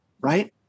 right